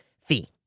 fee